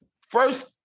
First